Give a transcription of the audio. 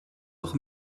auch